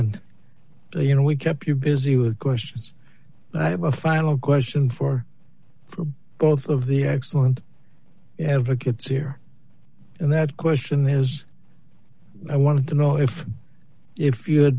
and you know we kept you busy with questions but i have a final question for both of the excellent advocates here and that question has i wanted to know if if you